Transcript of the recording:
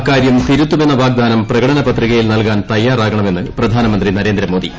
അക്കാരൃം തിരുത്തുമെന്ന വാഗ്ദ്ദാനം പ്രകടന പത്രികയിൽ നൽകാൻ തയ്യാറക്കുണ്ടുമെന്ന് പ്രധാനമന്ത്രി നരേന്ദ്രമോദി